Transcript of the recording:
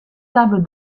tables